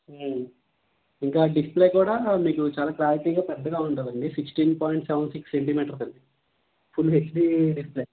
ఇంకా డిస్ప్లే కూడా మీకు చాలా క్లారిటీగా పెద్దగా ఉంటుంది అండి sixteen point seven six centimeters అది ఫుల్ హెచ్డీ డిస్ప్లే